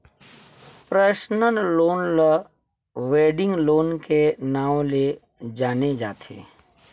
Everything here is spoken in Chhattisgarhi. परसनल लोन ल वेडिंग लोन के नांव ले जाने जाथे